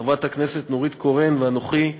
חברת הכנסת נורית קורן ואנוכי,